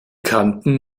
kanten